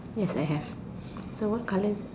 yes I have so what colours